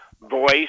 voice